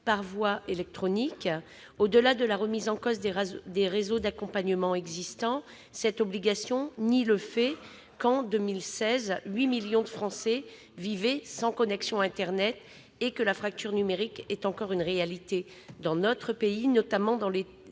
par voie électronique. Au-delà de la remise en cause des réseaux d'accompagnement existants, cette obligation nie le fait que 8 millions de Français vivaient sans connexion internet en 2016, et que la fracture numérique est encore une réalité dans notre pays, notamment dans les